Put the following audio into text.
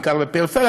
בעיקר בפריפריה,